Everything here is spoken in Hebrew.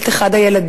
את אחד הילדים,